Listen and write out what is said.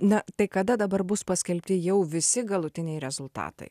na tai kada dabar bus paskelbti jau visi galutiniai rezultatai